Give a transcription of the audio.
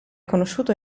conosciuto